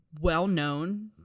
well-known